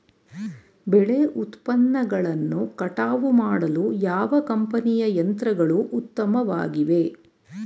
ಬೆಳೆ ಉತ್ಪನ್ನಗಳನ್ನು ಕಟಾವು ಮಾಡಲು ಯಾವ ಕಂಪನಿಯ ಯಂತ್ರಗಳು ಉತ್ತಮವಾಗಿವೆ?